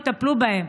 יטפלו בהם.